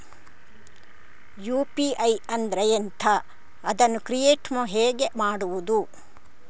UPI ಅಂದ್ರೆ ಎಂಥ? ಅದನ್ನು ಕ್ರಿಯೇಟ್ ಹೇಗೆ ಮಾಡುವುದು?